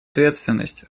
ответственность